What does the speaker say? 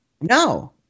No